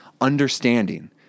understanding